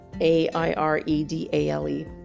a-i-r-e-d-a-l-e